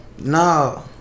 no